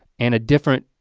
and a different,